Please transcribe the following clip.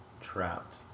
trapped